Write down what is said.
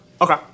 Okay